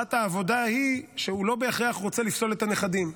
הנחת העבודה היא שהוא לא בהכרח רוצה לפסול את הנכדים.